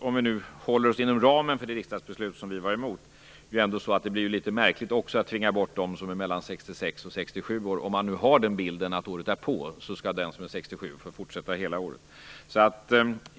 Om vi håller oss inom ramen för det riksdagsbeslut som vi var emot, måste jag säga att det blir litet märkligt att tvinga bort dem mellan 66 och 67 år om de som är 67 år året därpå får fortsätta hela året.